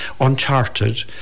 uncharted